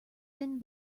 thin